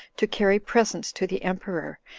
to carry presents to the emperor,